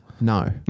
No